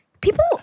People